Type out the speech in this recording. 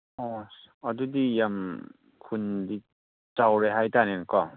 ꯑꯣ ꯑꯗꯨꯗꯤ ꯌꯥꯝ ꯈꯨꯟꯗꯤ ꯆꯥꯎꯔꯦ ꯍꯥꯏꯇꯥꯔꯦꯅꯦ ꯀꯣ